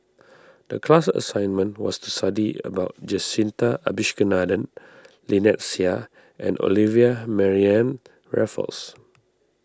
the class assignment was to study about Jacintha Abisheganaden Lynnette Seah and Olivia Mariamne Raffles